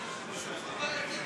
חברי הכנסת,